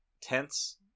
tense